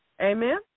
Amen